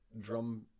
drum